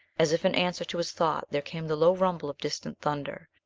as if in answer to his thought, there came the low rumble of distant thunder,